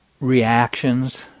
reactions